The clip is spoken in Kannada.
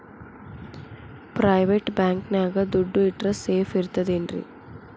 ಪ್ರೈವೇಟ್ ಬ್ಯಾಂಕ್ ನ್ಯಾಗ್ ದುಡ್ಡ ಇಟ್ರ ಸೇಫ್ ಇರ್ತದೇನ್ರಿ?